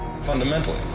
fundamentally